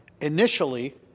Initially